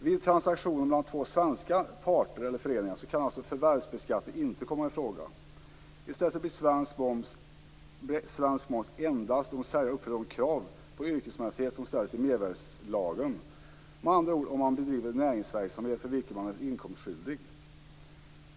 Vid transaktioner mellan två svenska parter eller föreningar kan alltså förvärvsbeskattning inte komma i fråga. I stället blir det svensk moms endast om säljaren uppfyller de krav på yrkesmässighet som ställs i mervärdesskattelagen - med andra ord: om man bedriver näringsverksamhet för vilken man är inkomstskyldig.